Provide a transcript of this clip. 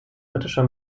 britischer